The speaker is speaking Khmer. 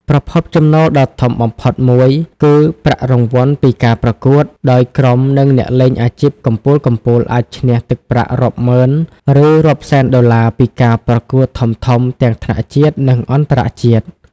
ប្រភពចំណូលដ៏ធំបំផុតមួយគឺ ប្រាក់រង្វាន់ពីការប្រកួត ដោយក្រុម និងអ្នកលេងអាជីពកំពូលៗអាចឈ្នះទឹកប្រាក់រាប់ម៉ឺន ឬរាប់សែនដុល្លារពីការប្រកួតធំៗទាំងថ្នាក់ជាតិ និងអន្តរជាតិ។